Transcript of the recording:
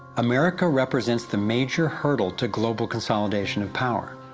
america represents the major hurdle to global consolidation of power.